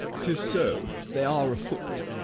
tis so they are afoot.